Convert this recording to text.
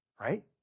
right